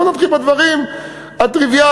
בוא נתקדם בדברים הטריוויאליים,